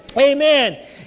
Amen